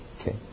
Okay